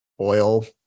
oil